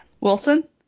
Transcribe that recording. Wilson